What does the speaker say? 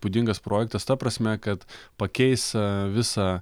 įspūdingas projektas ta prasme kad pakeis visą